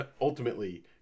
ultimately